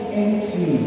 empty